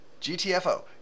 GTFO